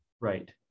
Right